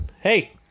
Hey